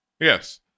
yes